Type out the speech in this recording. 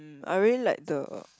I really like the